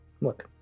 Look